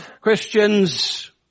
Christians